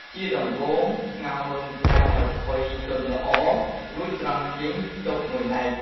ជាដំបូង ស្ងោរមើមត្រាវឱ្យផុយទន់ល្អ រួចស្រង់ចេញទុកមួយឡែក។